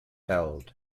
held